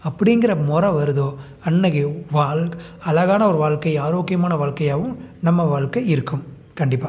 அப்படிங்கிற முற வருதோ அன்றைக்கு வாழ்க்கை அழகான ஒரு வாழ்க்கை ஆரோக்கியமான வாழ்க்கையாகவும் நம்ம வாழ்க்கை இருக்கும் கண்டிப்பாக